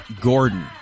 Gordon